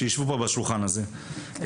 שיישבו פה בשולחן הזה.